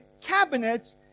cabinet